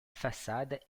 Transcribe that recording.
façade